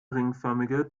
ringförmige